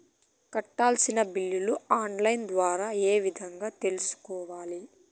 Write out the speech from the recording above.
కట్టాల్సిన బిల్లులు online ద్వారా ఏ విధంగా తెలుసుకోవాలి?